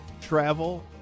travel